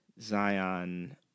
Zion